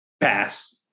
Pass